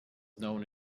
known